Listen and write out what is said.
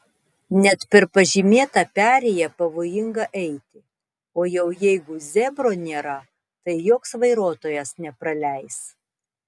net per pažymėtą perėją pavojinga eiti o jau jeigu zebro nėra tai joks vairuotojas nepraleis